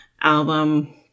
album